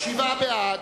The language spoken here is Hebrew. שבעה בעד,